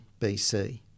BC